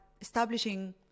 establishing